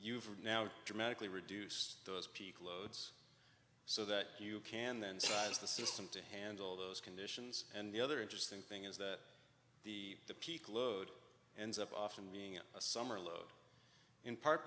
you've now dramatically reduce those peak loads so that you can then size the system to handle those conditions and the other interesting thing is that the the peak load ends up often being a summer load in part